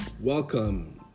Welcome